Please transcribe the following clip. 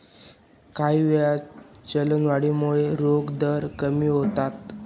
काहीवेळा, चलनवाढीमुळे रोखे दर कमी होतात